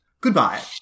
Goodbye